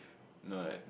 know that